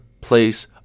place